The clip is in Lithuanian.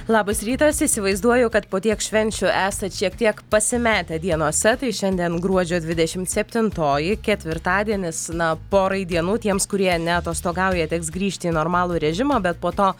labas rytas įsivaizduoju kad po tiek švenčių esat šiek tiek pasimetę dienose tai šiandien gruodžio dvidešimt septintoji ketvirtadienis na porai dienų tiems kurie neatostogauja teks grįžti į normalų režimą bet po to